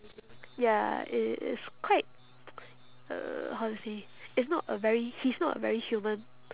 ya it is quite uh how to say it's not a very he is not a very human